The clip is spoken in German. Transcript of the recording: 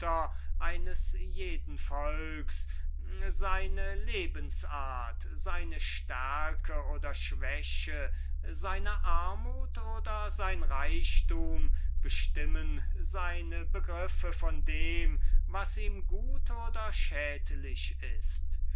eines jeden volks seine lebensart seine stärke oder schwäche seine armut oder sein reichtum bestimmen seine begriffe von dem was ihm gut oder schädlich ist